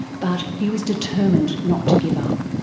but he was determined not to give up.